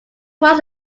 was